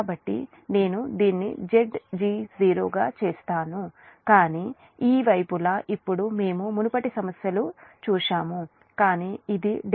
కాబట్టి నేను దీన్ని Zg0 గా చేసాను కానీ ఈ వైపులా ఇప్పుడు మేము మునుపటి సమస్యలో చూశాము కానీ ఇది ∆